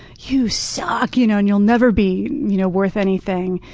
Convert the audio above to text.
you suck. you know and you'll never be you know worth anything.